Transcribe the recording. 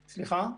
סליחה?